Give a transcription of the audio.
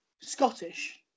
Scottish